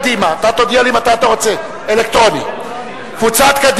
ההסתייגות השנייה של קבוצת סיעת בל"ד, קבוצת סיעת